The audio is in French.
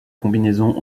combinaisons